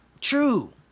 true